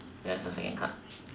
there's a second card